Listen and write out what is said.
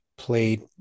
Played